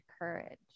courage